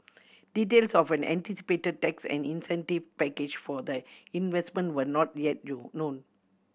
details of an anticipated tax and incentive package for the investment were not yet known